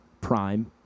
prime